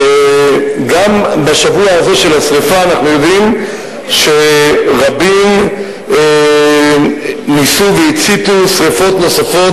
גם בשבוע הזה של השרפה אנחנו יודעים שרבים ניסו והציתו שרפות נוספות,